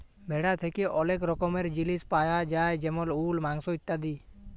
ভেড়া থ্যাকে ওলেক রকমের জিলিস পায়া যায় যেমল উল, মাংস ইত্যাদি